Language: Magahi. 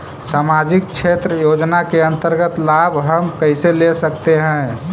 समाजिक क्षेत्र योजना के अंतर्गत लाभ हम कैसे ले सकतें हैं?